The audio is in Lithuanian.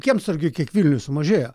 kiemsargių kiek vilniuj sumažėjo